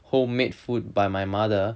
homemade food by my mother